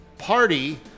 party